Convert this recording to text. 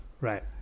Right